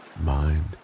mind